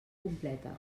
completa